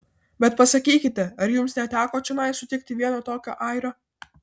bet pasakykite ar jums neteko čionai sutikti vieno tokio airio